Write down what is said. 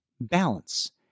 Balance